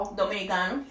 dominicano